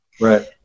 Right